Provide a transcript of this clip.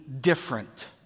different